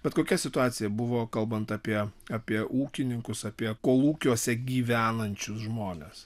bet kokia situacija buvo kalbant apie apie ūkininkus apie kolūkiuose gyvenančius žmones